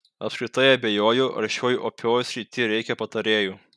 apskritai abejoju ar šioj opioj srity reikia patarėjų